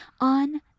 on